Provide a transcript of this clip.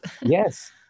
Yes